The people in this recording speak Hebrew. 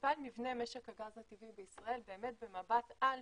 מבנה משק הגז הטבעי בישראל במבט על,